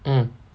mm